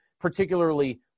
particularly